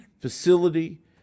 facility